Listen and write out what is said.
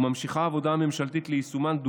והעבודה ממשלתית לפעול ליישומן נמשכת,